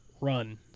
run